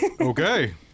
Okay